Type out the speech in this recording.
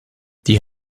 die